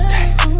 Taste